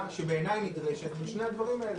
בעיניי נדרשת הבחנה בין שני הדברים האלה.